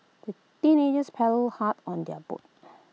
the teenagers paddled hard on their boat